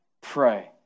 pray